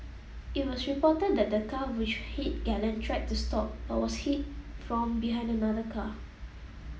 it was reported that the car which hit Galen tried to stop but was hit from behind another car